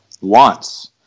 wants